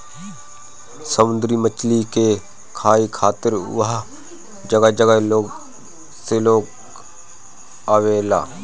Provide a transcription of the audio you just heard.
समुंदरी मछरी के खाए खातिर उहाँ जगह जगह से लोग आवेला